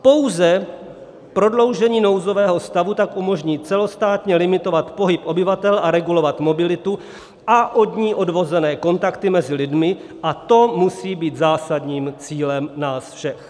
Pouze prodloužení nouzového stavu tak umožní celostátně limitovat pohyb obyvatel a regulovat mobilitu a od ní odvozené kontakty mezi lidmi a to musí být zásadním cílem nás všech.